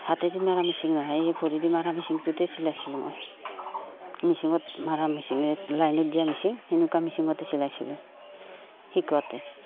হাতে দি মৰা মেচিন নহয় এই ভৰি দি মৰা মেচিনটোতে চিলাইছিলোঁ আৰু মেচিনত মৰা মেচিন লাইনত দিয়া মেচিন সেনেকুৱা মেচিনতে চিলাইছিলোঁ শিকাওঁতে